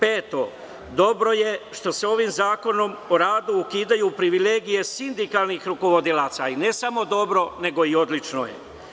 Peto, dobro je što se ovim Zakonom o radu ukidaju privilegije sindikalnih rukovodilaca i ne samo dobro nego i odlično je.